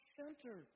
center